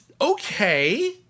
okay